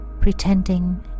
pretending